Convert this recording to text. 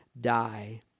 die